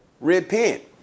repent